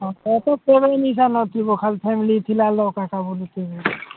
ତୋର ତ ପଢ଼ା ନିଶା ନ ଥିବ ଖାଲି ଫ୍ୟାମିଲି ଥିଲା ବୋଲି